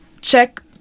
check